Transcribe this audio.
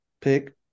pick